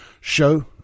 show